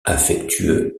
affectueux